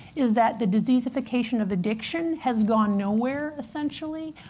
is that the diseasification of addiction has gone nowhere, essentially,